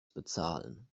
bezahlen